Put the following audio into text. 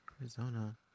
Arizona